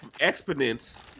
exponents